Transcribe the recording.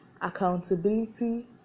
accountability